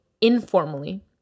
informally